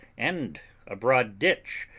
and a broad ditch.